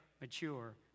mature